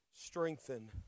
Strengthen